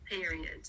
period